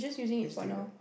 can you just take it back